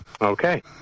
Okay